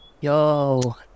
Yo